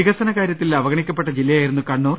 വികസനകാര്യത്തിൽ അവഗണിക്കപ്പെട്ട ജില്ലയായിരുന്നു കണ്ണൂർ